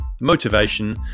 motivation